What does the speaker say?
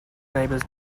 neighbours